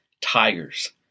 tigers